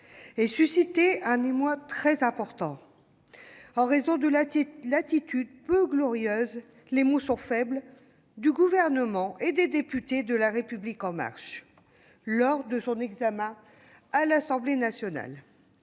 et suscité un émoi très important, en raison de l'attitude peu glorieuse- les mots sont faibles -du Gouvernement et des députés de La République En Marche lors de son examen à l'Assemblée nationale.